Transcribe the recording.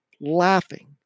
laughing